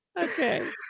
Okay